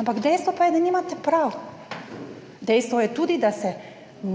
Ampak dejstvo pa je, da nimate prav. Dejstvo je tudi, da se